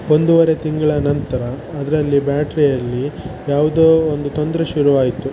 ಒಂದುವರೆ ತಿಂಗಳ ನಂತರ ಅದರಲ್ಲಿ ಬ್ಯಾಟ್ರಿಯಲ್ಲಿ ಯಾವುದೋ ಒಂದು ತೊಂದರೆ ಶುರು ಆಯಿತು